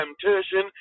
temptation